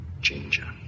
ginger